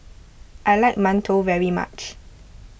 I like Mantou very much